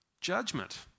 judgment